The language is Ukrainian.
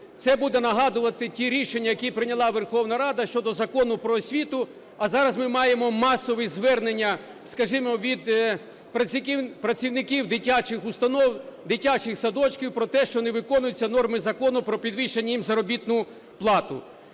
Це буде нагадувати ті рішення, які прийняла Верховна Рада щодо Закону "Про освіту", а зараз ми маємо масові звернення, скажімо, від працівників дитячих установ, дитячих садочків про те, що не виконуються норми Закону про підвищення їм заробітної плати.